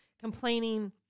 complaining